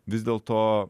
vis dėl to